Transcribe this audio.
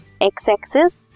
x-axis